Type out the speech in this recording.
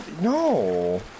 No